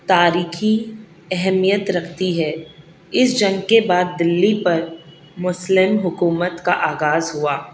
تاریخی اہمیت رکھتی ہے اس جنگ کے بعد دلی پر مسلم حکومت کا آغاز ہوا